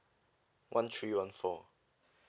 one three one four